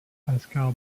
pascal